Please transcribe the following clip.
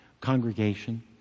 congregation